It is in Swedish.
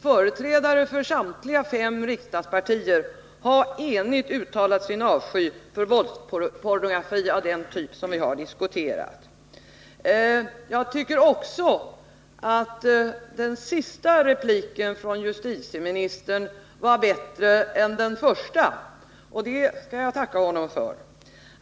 Företrädare för samtliga fem riksdagspartier har enigt uttalat sin avsky för våldspornografi av den typ som vi har diskuterat. Den sista repliken från justitieministern var också, tycker jag, bättre än den första, och det skall jag tacka honom för.